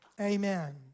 Amen